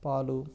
పాలు